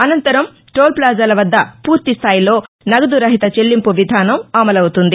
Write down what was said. అనంతరం టోల్ ఫ్లాజాల వద్ద పూర్తిస్థాయిలో నగదు రహిత చెల్లింపు విధానం అమలవుతుంది